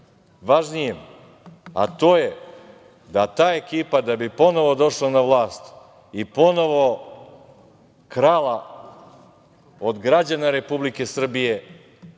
važnijem, a to je da ta ekipa da bi ponovo došla na vlast i ponovo krala od građana Republike Srbije